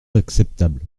acceptable